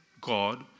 God